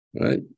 Right